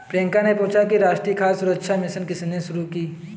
प्रियंका ने पूछा कि राष्ट्रीय खाद्य सुरक्षा मिशन किसने शुरू की?